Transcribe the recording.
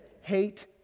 hate